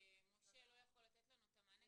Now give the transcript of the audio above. משה לא יכול לתת לנו את המענה.